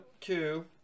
two